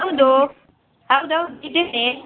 ಹೌದು ಹೌದು ಹೌದು ಇದ್ದೇನೆ